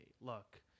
look